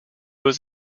was